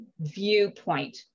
viewpoint